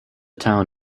town